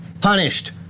punished